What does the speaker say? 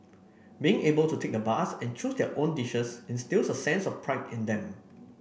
being able to take the bus and choose their own dishes instils a sense of pride in them